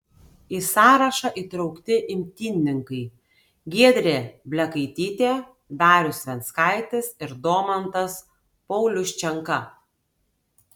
į sąrašą įtraukti imtynininkai giedrė blekaitytė darius venckaitis ir domantas pauliuščenka